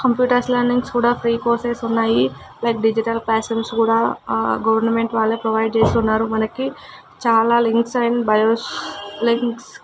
computers learnings కూడా free courses ఉన్నాయి like digital classrooms కూడా గవర్నమెంట్ వాళ్ళు ప్రొవైడ్ చేస్తున్నారు మనకు చాలా లింక్స్ అండ్ బయాస్ లింక్స్